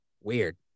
Weird